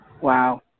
Wow